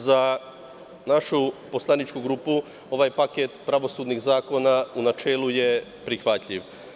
Za našu poslaničku grupu ovaj paket pravosudnih zakona u načelu je prihvatljiv.